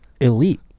elite